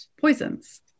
poisons